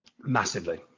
Massively